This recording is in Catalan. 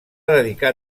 dedicar